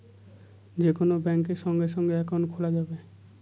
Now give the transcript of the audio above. যে কোন ব্যাঙ্কে সঙ্গে সঙ্গে একাউন্ট খোলা যাবে